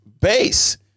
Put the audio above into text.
base